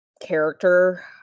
character